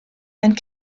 and